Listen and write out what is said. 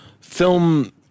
film